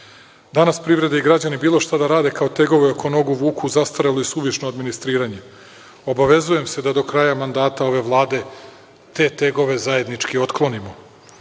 privreda i građani bilo šta da rade, kao tegove oko nogu vuku zastarelo i suvišno administriranje. Obavezujem se da do kraja mandata ove Vlade, te tegove zajednički otklonimo.